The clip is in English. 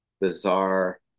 bizarre